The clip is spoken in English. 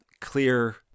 clear